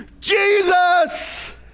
Jesus